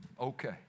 Okay